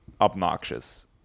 obnoxious